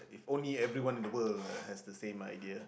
if only everyone in the world has the same idea